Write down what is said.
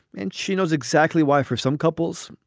and she knows exactly why. for some couples,